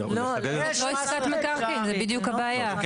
השאלה היא אם